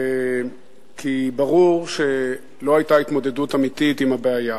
כי ברור שלא היתה התמודדות אמיתית עם הבעיה,